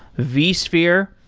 vsphere.